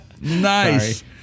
Nice